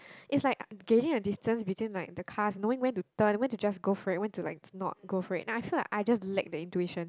is like gauging the distance between like the cars knowing when to turn when to just go for it when to like not go for it and I feel like I just lack the intuition